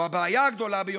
או הבעיה הגדולה ביותר,